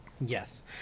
Yes